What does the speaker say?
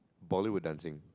Bollywood dancing